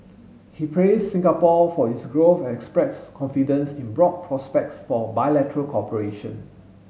he praised Singapore for its growth and expressed confidence in broad prospects for bilateral cooperation